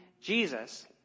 jesus